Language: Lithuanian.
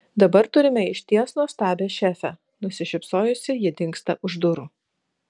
dabar turime išties nuostabią šefę nusišypsojusi ji dingsta už durų